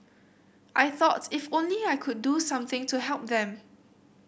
I thought if only I could do something to help them